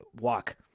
Walk